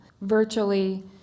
virtually